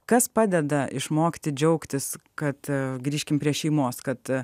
kas padeda išmokti džiaugtis kad grįžkim prie šeimos kad